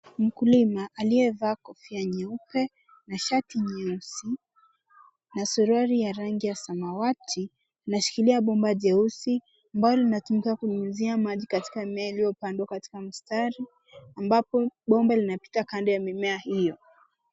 Mkulima aliyevaa kofia nyeupe na shati nyeusi na suruali ya rangi ya samawati anashikilia bomba jeusi ambalo linatumika kunyunyizia maji katika mimea iliyopandwa katika mistari ambapo bomba linapita kando ya mimea hiyo.